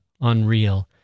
unreal